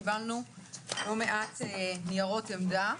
קיבלנו לא מעט ניירות עמדה.